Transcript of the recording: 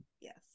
Yes